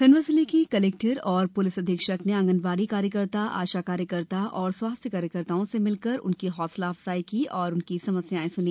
खण्डवा जिले की कलेक्टर और पूलिस अधीक्षक ने पास आंगनवाड़ी कार्यकर्ता आशा कार्यकर्ता एवं स्वास्थ्य कार्यकर्ताओं से मिलकर उनकी हौसला अफजाई की और उनकी समस्याएं सुनी